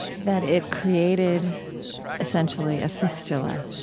that it created essentially a fistula